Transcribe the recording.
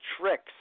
tricks